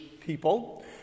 people